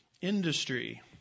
industry